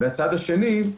והצד השני הוא